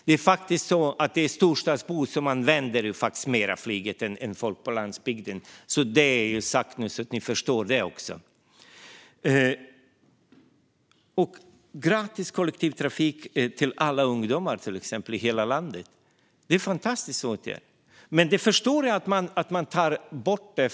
Det är faktiskt så att storstadsbor använder flyget mer än folk på landsbygden. Nu är det sagt, så att ni förstår det. Gratis kollektivtrafik till alla ungdomar i hela landet är en fantastisk åtgärd, men jag förstår att man tar bort den.